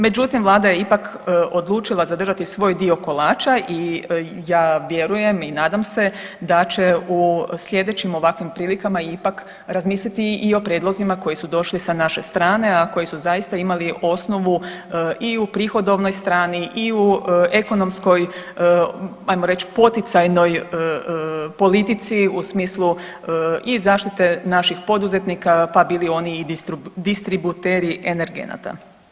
Međutim, Vlada je ipak odlučila zadržati svoj dio kolača i ja vjerujem i nadam se da će u sljedećim ovakvim prilikama ipak razmisliti i o prijedlozima koji su došli sa naše strane, a koji su zaista imali osnovu i u prihodovnoj strani i u ekonomskoj hajmo reći poticajnoj politici u smislu i zaštite naših poduzetnika, pa bili oni i distributeri energenata.